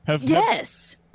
Yes